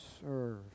serve